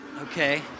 Okay